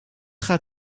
gaat